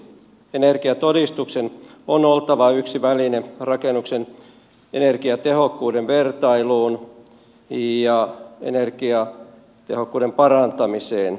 energiatodistuksen on oltava yksi väline rakennuksen energiatehokkuuden vertailuun ja energiatehokkuuden parantamiseen